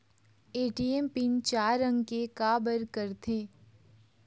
ATM PIN चार अंक के का बर करथे?